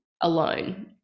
alone